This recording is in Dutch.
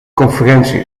conferentie